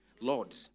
Lord